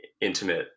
intimate